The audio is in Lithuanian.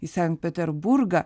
į sankt peterburgą